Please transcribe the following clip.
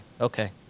okay